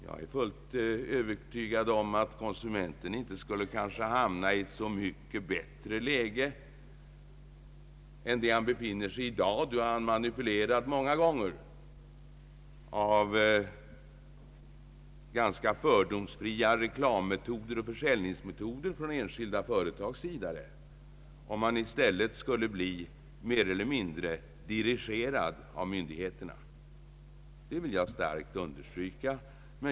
Jag är fullt övertygad om att konsumenten, om han blir mer eller mindre dirigerad av myndigheterna, inte skulle hamna i ett så mycket bättre läge än det han befinner sig i nu, när han många gånger manipuleras med ganska fördomsfria reklammetoder och försäljningsmetoder av enskilda företag. Detta vill jag starkt understryka.